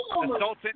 consultant